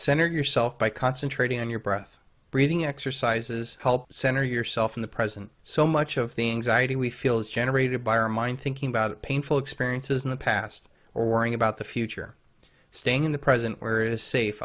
centered yourself by concentrating on your breath breathing exercises help center yourself in the present so much of the anxiety we feel is generated by our mind thinking about painful experiences in the past or worrying about the future staying in the present where it is safe